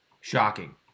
shocking